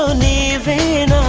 ah leave